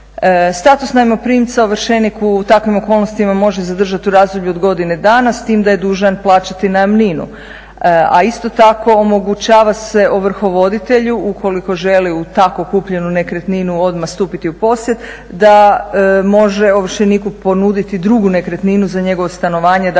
Status najmoprimca ovršenik u takvim okolnostima može zadržati u razdoblju od godine dana s tim da je dužan plaćati najamninu, a isto tako omogućava se ovrhovoditelju ukoliko želi u tako kupljenu nekretninu odmah stupiti u posjed da može ovršeniku ponuditi drugu nekretninu za njegovo stanovanje, dakle